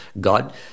God